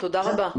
תודה רבה.